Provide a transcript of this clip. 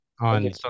on